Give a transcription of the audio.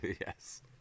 Yes